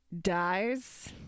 Dies